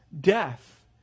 death